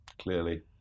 Clearly